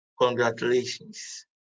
congratulations